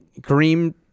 Kareem